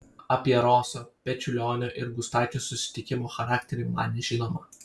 apie roso pečiulionio ir gustaičio susitikimų charakterį man nežinoma